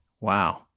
wow